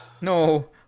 No